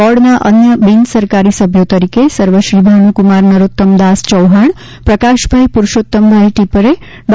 બોર્ડના અન્ય બિનસરકારી સભ્યો તરીકે સર્વશ્રી ભાનુકુમાર નરોત્તમદાસ ચૌહાણ પ્રકાશભાઈ પુરૂષોત્તમભાઈ ટિપરે ડૉ